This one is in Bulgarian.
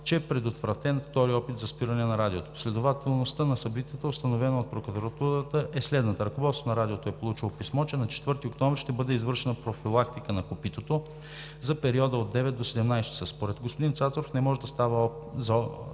че е предотвратен втори опит за спиране на Радиото. Последователността на събитията, установена от прокуратурата, е следната: ръководството на Радиото е получило писмо, че на 4 октомври ще бъде извършена профилактика на „Копитото“ за периода от 9,00 до 17,00 ч. Според господин Цацаров не може да става дума за опит